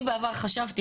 אני בעבר חשבתי,